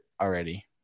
already